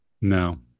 No